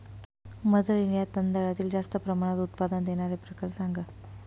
mother India तांदळातील जास्त प्रमाणात उत्पादन देणारे प्रकार सांगा